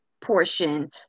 portion